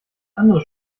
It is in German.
andere